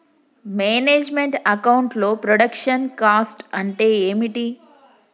Manage meant account లో production cost అంటే ఏమిటి?